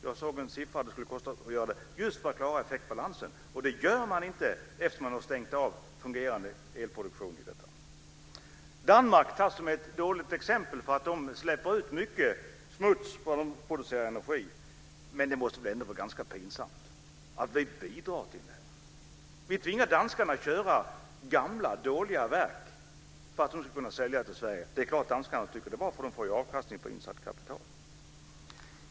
Jag såg en siffra om hur mycket det skulle kosta just för att klara effektbalansen. Det görs inte eftersom fungerande elproduktion har stängts av. Danmark tas som ett dåligt exempel därför att landet släpper ut mycket smuts från den energi som produceras. Det måste vara pinsamt att vi bidrar till detta. Vi tvingar danskarna att köra gamla, dåliga verk för att de ska kunna sälja el till Sverige. Det är klart att danskarna tycker att det är bra eftersom de får avkastning på insatt kapital.